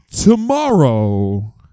tomorrow